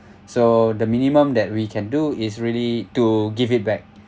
so the minimum that we can do is really to give it back